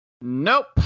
nope